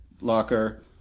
Locker